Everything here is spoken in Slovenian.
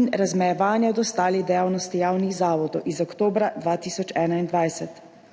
in razmejevanja od ostalih dejavnosti javnih zavodov iz oktobra 2021.